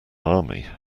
army